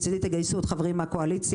מצדי תגייסו עוד חברים מהקואליציה,